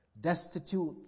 destitute